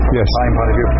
yes